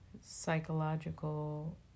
psychological